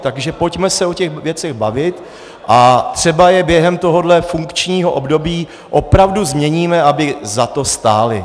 Takže pojďme se o těch věcech bavit a třeba je během tohoto funkčního období opravdu změníme, aby za to stály.